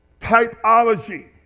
Typology